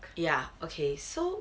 ya okay so